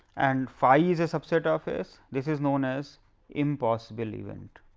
and phi is the subset of s this is known as impossible event.